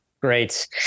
Great